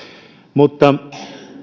mutta